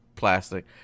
plastic